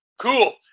cool